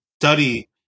study